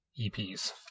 EPs